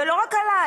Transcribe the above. ולא רק עליי,